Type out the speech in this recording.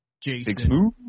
Jason